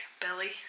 belly